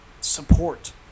support